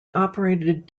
operated